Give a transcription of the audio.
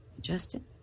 Justin